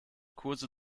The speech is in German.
kurse